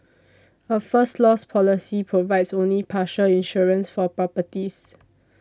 a First Loss policy provides only partial insurance for properties